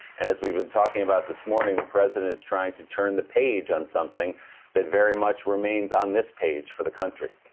and as we've been talking about this morning, the president is trying to turn the page on something that very much remains on this page for the country.